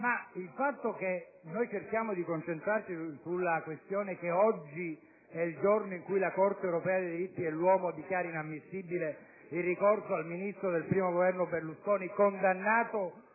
ma il fatto che cerchiamo di concentrarci sulla circostanza che oggi è il giorno in cui la Corte europea dei diritti dell'uomo dichiara inammissibile il ricorso di un Ministro del I Governo Berlusconi, condannato